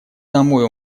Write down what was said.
домой